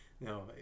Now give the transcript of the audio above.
No